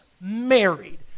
married